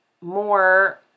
more